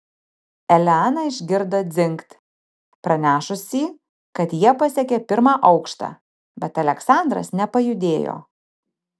elena išgirdo dzingt pranešusį kad jie pasiekė pirmą aukštą bet aleksandras nepajudėjo